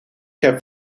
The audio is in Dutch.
heb